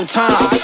time